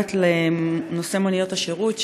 נוגעת לנושא מוניות השירות,